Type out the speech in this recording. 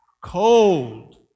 Cold